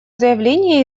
заявление